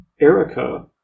Erica